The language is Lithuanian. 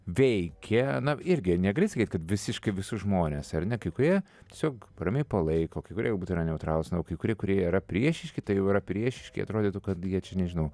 veikia na irgi negali sakyt kad visiškai visus žmones ar ne kai kurie tiesiog ramiai palaiko kai kurie galbūt yra neutralūs na o kai kurie kurie yra priešiški tai jau yra priešiški atrodytų kad jie čia nežinau